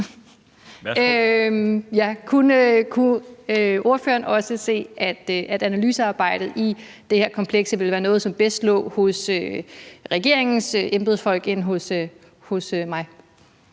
Kunne ordføreren også se, at analysearbejdet på det her komplekse område ville være noget, som bedst lå hos regeringens embedsfolk i forhold